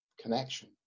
connection